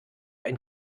ein